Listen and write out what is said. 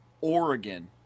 Oregon